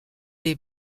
des